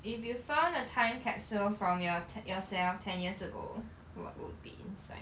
if you found a time capsule from your yourself ten years ago what would be inside